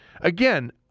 Again